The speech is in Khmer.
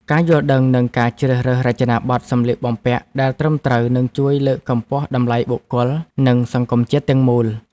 ការយល់ដឹងនិងការជ្រើសរើសរចនាប័ទ្មសម្លៀកបំពាក់ដែលត្រឹមត្រូវនឹងជួយលើកកម្ពស់តម្លៃបុគ្គល និងសង្គមជាតិទាំងមូល។